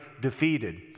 defeated